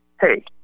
Hey